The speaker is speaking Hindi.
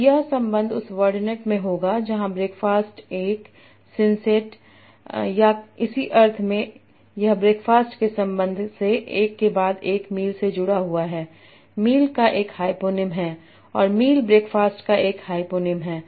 तो यह संबंध उस वर्डनेट में होगा जहां ब्रेकफास्ट 1 सिनसेट या इसी अर्थ में यह ब्रेकफास्ट के संबंध से एक के बाद एक मील से जुड़ा हुआ है मील का एक हाइपोनिम है और मील ब्रेकफास्ट का एक हाइपोनिम है